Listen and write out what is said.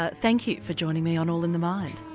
ah thank you for joining me on all in the mind.